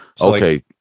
Okay